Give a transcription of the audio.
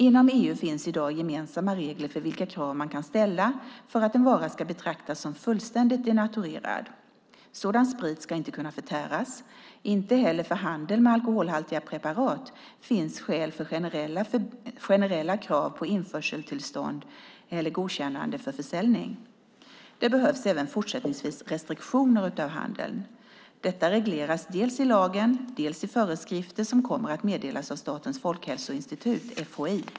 Inom EU finns i dag gemensamma regler för vilka krav man ska ställa för att en vara ska betraktas som fullständigt denaturerad. Sådan sprit ska inte kunna förtäras. Inte heller för handel med alkoholhaltiga preparat finns skäl för generella krav på införseltillstånd eller godkännande för försäljning. Det behövs även fortsättningsvis restriktioner av handeln. Detta regleras dels i lagen, dels i föreskrifter som kommer att meddelas av Statens folkhälsoinstitut, FHI.